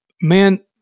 man